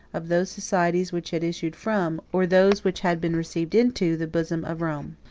of those societies which had issued from, or those which had been received into, the bosom of rome.